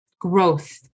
growth